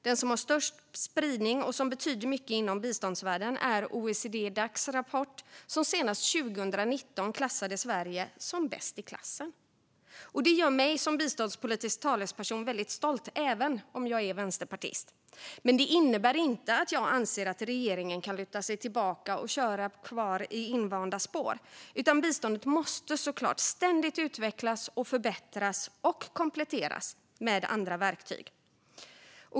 Den som har störst spridning och som betyder mycket inom biståndsvärlden är OECD-Dacs rapport som senast 2019 klassade Sverige som bäst i klassen. Det gör mig som biståndspolitisk talesperson väldigt stolt, även om jag är vänsterpartist. Men det innebär inte att jag anser att regeringen kan luta sig tillbaka och köra kvar i invanda spår. Biståndet måste såklart ständigt utvecklas, förbättras och kompletteras med andra verktyg.